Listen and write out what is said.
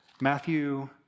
Matthew